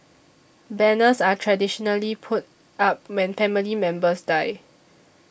banners are traditionally put up when family members die